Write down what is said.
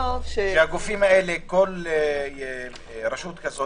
שכל רשות כזאת